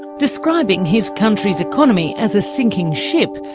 describing his country's economy as a sinking ship,